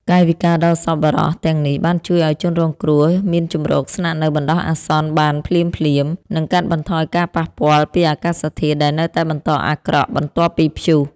កាយវិការដ៏សប្បុរសទាំងនេះបានជួយឱ្យជនរងគ្រោះមានជម្រកស្នាក់នៅបណ្ដោះអាសន្នបានភ្លាមៗ និងកាត់បន្ថយការប៉ះពាល់ពីអាកាសធាតុដែលនៅតែបន្តអាក្រក់បន្ទាប់ពីព្យុះ។